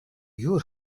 your